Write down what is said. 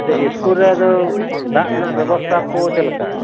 ᱟᱪᱪᱷᱟ ᱤᱥᱠᱩᱞ ᱨᱮ ᱟᱫᱚ ᱫᱟᱜ ᱨᱮᱱᱟᱜ ᱵᱮᱵᱚᱥᱛᱟ ᱠᱚ ᱪᱮᱫ ᱞᱮᱠᱟ